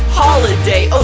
holiday